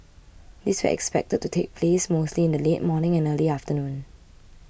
these were expected to take place mostly in the late morning and early afternoon